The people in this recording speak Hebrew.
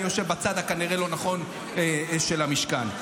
אני יושב בצד הלא-נכון כנראה של המשכן.